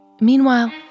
Meanwhile